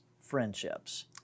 friendships